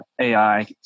AI